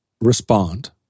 respond